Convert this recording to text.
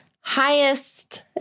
Highest